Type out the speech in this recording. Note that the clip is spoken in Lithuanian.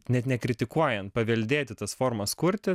net nekritikuojant paveldėti tas formas kurti